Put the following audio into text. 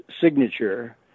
signature